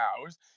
hours